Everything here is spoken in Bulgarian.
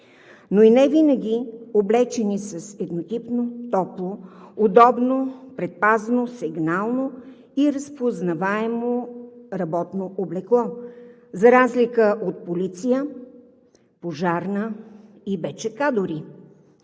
но и невинаги облечени с еднотипно, топло, удобно, предпазно, сигнално и разпознаваемо работно облекло за разлика от полиция, пожарна и дори